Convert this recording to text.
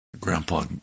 Grandpa